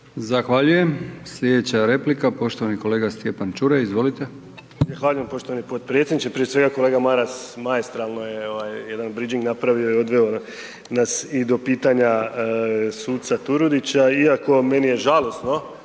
Zahvaljujem. Sljedeća replika poštovani kolega Stjepan Čuraj. Izvolite. **Čuraj, Stjepan (HNS)** Zahvaljujem poštovani potpredsjedniče. Prije svega kolega Maras maestralno je ovaj jedan bridžing napravio i odveo nas i do pitanja suca Turudića iako meni je žalosno